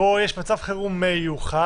שבו יש מצב חירום מיוחד